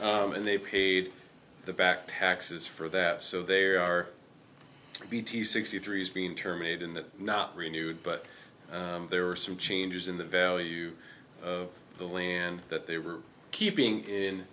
t and they paid the back taxes for that so they are bt sixty three is being terminate in that not renewed but there are some changes in the value of the land that they were keeping in